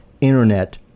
Internet